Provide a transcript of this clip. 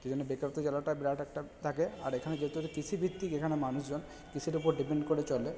সেজন্য বেকারত্বের জ্বালাটা বিরাট একটা থাকে আর এখানে যেহুতু কৃষিভিত্তিক এখানে মানুষজন কৃষির ওপর ডিপেন্ড করে চলে